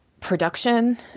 production